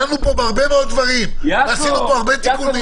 דנו פה בהרבה מאוד דברים ועשינו פה הרבה תיקונים.